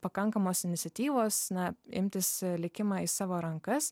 pakankamos iniciatyvos na imtis likimą į savo rankas